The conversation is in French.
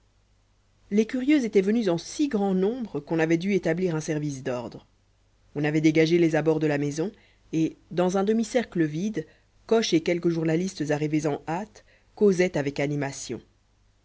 les curieux étaient venus en si grand nombre qu'on avait dû établir un service d'ordre on avait dégagé les abords de la maison et dans un demi-cercle vide coche et quelques journalistes arrivés en hâte causaient avec animation